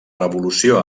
revolució